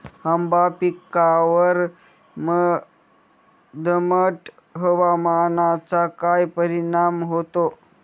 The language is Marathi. आंबा पिकावर दमट हवामानाचा काय परिणाम होतो?